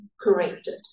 corrected